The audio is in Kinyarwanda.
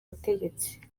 butegetsi